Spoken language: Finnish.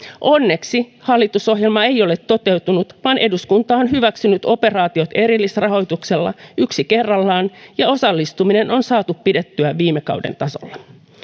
onneksi hallitusohjelma ei ole toteutunut vaan eduskunta on hyväksynyt operaatiot erillisrahoituksella yksi kerrallaan ja osallistuminen on saatu pidettyä viime kauden tasolla